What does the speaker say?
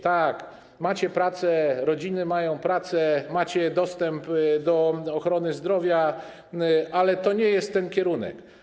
Tak, macie pracę, rodziny mają pracę, macie dostęp do ochrony zdrowia, ale to nie jest ten kierunek.